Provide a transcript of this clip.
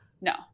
No